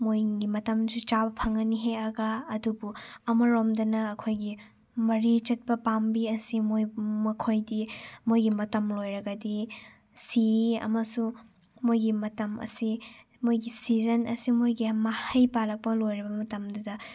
ꯃꯣꯏꯒꯤ ꯃꯇꯝꯗꯁꯨ ꯆꯥꯕ ꯐꯪꯂꯅꯤ ꯍꯦꯛꯂꯒ ꯑꯗꯨꯕꯨ ꯑꯃꯔꯣꯝꯗꯅ ꯑꯩꯈꯣꯏꯒꯤ ꯃꯔꯤ ꯆꯠꯄ ꯄꯥꯝꯕꯤ ꯑꯁꯤ ꯃꯣꯏ ꯃꯈꯣꯏꯗꯤ ꯃꯣꯏꯒꯤ ꯃꯇꯝ ꯂꯣꯏꯔꯒꯗꯤ ꯁꯤ ꯑꯃꯁꯨꯡ ꯃꯣꯏꯒꯤ ꯃꯇꯝ ꯑꯁꯤ ꯃꯣꯏꯒꯤ ꯁꯤꯖꯟ ꯑꯁꯤ ꯃꯣꯏꯒꯤ ꯃꯍꯩ ꯄꯥꯜꯂꯛꯄ ꯂꯣꯏꯔꯕ ꯃꯇꯝꯗꯨꯗ